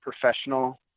professional